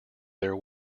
their